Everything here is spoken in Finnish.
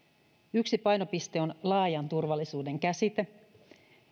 yksi painopiste on laajan turvallisuuden käsite